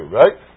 right